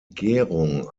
gärung